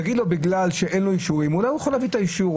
תגיד לו שזה בגלל שאין לו אישורים ואז אולי הוא יכול להביא את האישורים.